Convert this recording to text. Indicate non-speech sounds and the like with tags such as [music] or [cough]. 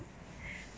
[breath]